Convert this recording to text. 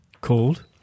Called